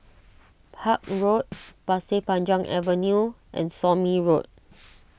Park Road Pasir Panjang Avenue and Somme Road